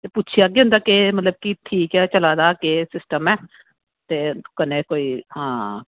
ते पुच्छी जाह्गे मतलब उं'दा ठीक ऐ चला दा जां केह् सिस्टम ऐ